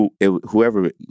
whoever